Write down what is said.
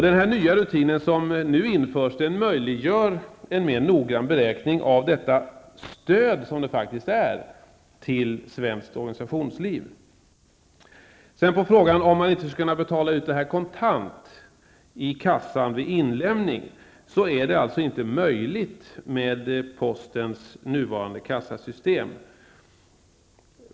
Den nya rutin som införs möjliggör en mer noggrann beräkning av detta stöd till svenskt organisationsliv, som det faktiskt är. Karin Israelsson frågar om man inte skulle kunna betala ut pengarna kontant i kassan vid inlämnandet. Det är alltså inte möjligt med postens nuvarande kassasystem.